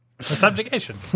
subjugation